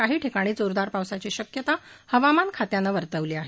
काही भागात जोरदार पावसाची शक्यता हवामान खात्यानं वर्तवली आहे